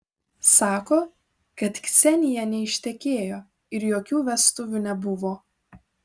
sako kad ksenija neištekėjo ir jokių vestuvių nebuvo